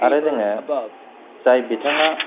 आरो जोङो जाय बिथाङा